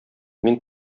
мин